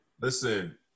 listen